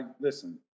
listen